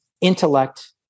intellect